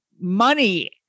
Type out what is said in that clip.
money